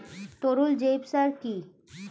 তরল জৈব সার কি?